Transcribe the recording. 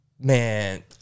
man